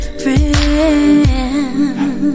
friend